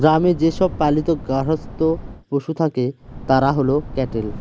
গ্রামে যে সব পালিত গার্হস্থ্য পশু থাকে তারা হল ক্যাটেল